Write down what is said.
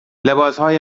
لباسهای